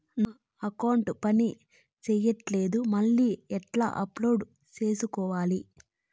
నా అకౌంట్ పని చేయట్లేదు మళ్ళీ ఎట్లా అప్డేట్ సేసుకోవాలి?